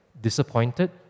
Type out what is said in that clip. disappointed